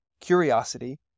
curiosity